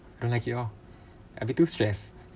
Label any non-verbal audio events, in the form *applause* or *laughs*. I like it oh I'll be too stress *laughs*